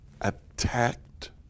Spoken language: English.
attacked